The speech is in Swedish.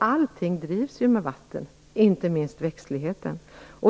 Allting drivs ju med vatten, inte minst växtligheten.